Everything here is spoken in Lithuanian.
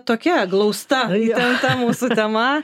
tokia glausta ten ta mūsų tema